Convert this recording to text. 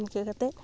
ᱤᱱᱠᱟᱹ ᱠᱟᱛᱮ